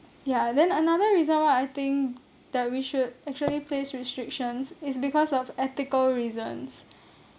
ya and then another reason why I think that we should actually place restrictions is because of ethical reasons